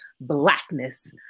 Blackness